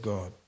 God